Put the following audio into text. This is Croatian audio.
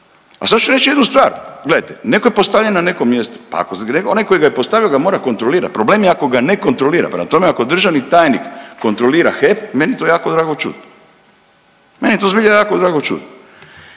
A sad ću reći jednu stvar. Gledajte netko je postavljen na neko mjesto, pa onaj koji ga je postavio ga mora kontrolirati. Problem je ako ga ne kontrolira. Prema tome, ako državi tajnik kontrolira HEP meni je to jako drago čuti, meni je to zbilja jako drago čuti.